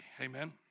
Amen